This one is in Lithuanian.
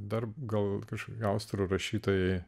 dar gal kažkokie austrų rašytojai